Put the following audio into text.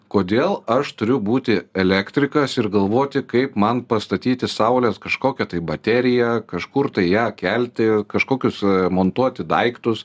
kodėl aš turiu būti elektrikas ir galvoti kaip man pastatyti saulės kažkokią tai bateriją kažkur tai ją kelti kažkokius montuoti daiktus